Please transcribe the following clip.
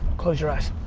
close your eyes.